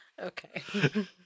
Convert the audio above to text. Okay